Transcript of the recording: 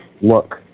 look